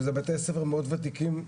זה בתי-ספר מאוד ותיקים.